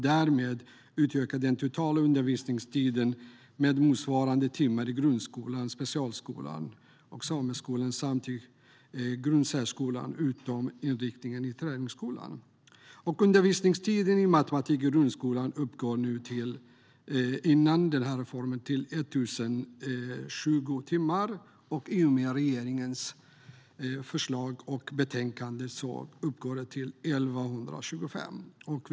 Därmed ökar den totala undervisningstiden med motsvarande timmar i grundskolan, specialskolan, sameskolan och grundsärskolan, utom inom inriktningen träningsskolan. Undervisningstiden i matematik i grundskolan uppgår i dag till 1 020 timmar. I och med regeringens förslag utökas den till 1 125 timmar.